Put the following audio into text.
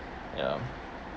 ya